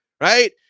right